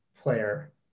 player